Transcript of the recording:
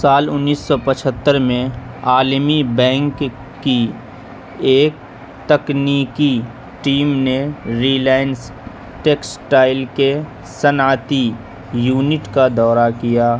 سال انیس سو پچہتر میں عالمی بینک کی ایک تکنیکی ٹیم نے ریلائنس ٹیکسٹائل کے صنعتی یونٹ کا دورہ کیا